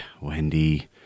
Wendy